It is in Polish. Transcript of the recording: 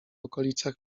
okolicach